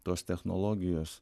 tos technologijos